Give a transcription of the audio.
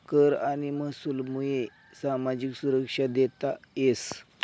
कर आणि महसूलमुये सामाजिक सुरक्षा देता येस